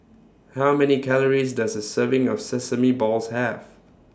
How Many Calories Does A Serving of Sesame Balls Have